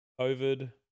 COVID